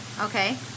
Okay